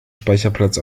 speicherplatz